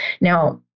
Now